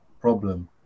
Problem